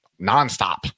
nonstop